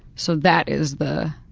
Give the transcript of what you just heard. so that is the